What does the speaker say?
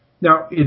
Now